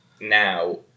now